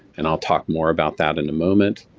and i'll talk more about that in a moment.